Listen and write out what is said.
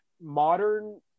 modern